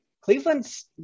Cleveland's